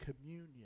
communion